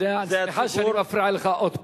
סליחה שאני מפריע לך עוד הפעם.